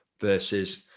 versus